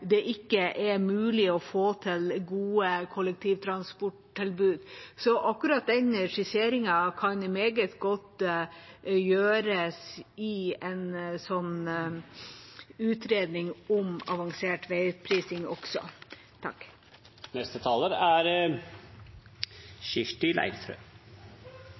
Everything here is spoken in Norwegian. det ikke er mulig å få til gode kollektivtransporttilbud. Så akkurat den skisseringen kan meget godt også gjøres i en utredning om avansert veiprising. Debatten her viser med all tydelighet at Fremskrittspartiet er